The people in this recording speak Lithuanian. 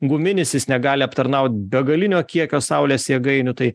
guminis jis negali aptarnaut begalinio kiekio saulės jėgainių tai